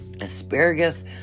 asparagus